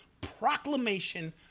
proclamation